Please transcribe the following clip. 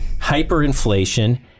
hyperinflation